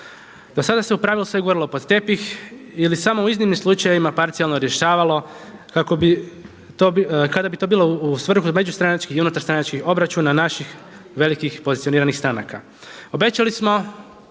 Do sada se u pravilu sve guralo pod tepih ili samo u iznimnim slučajevima parcijalno rješavalo kada bi to bilo u svrhu međustranačkih i unutar stranačkih obračuna naših velikih pozicioniranih stranaka.